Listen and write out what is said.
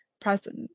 present